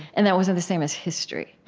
and that wasn't the same as history.